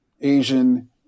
Asian